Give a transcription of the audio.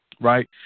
Right